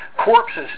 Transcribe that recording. corpses